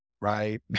right